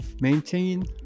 Maintain